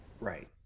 right